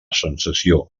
sensació